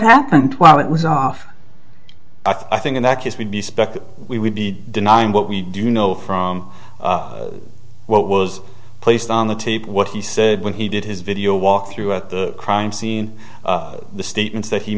happened while it was off i think in that case we'd be spec we would be denying what we do know from what was placed on the tape what he said when he did his video walkthrough at the crime scene the statements that he